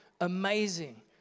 amazing